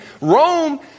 Rome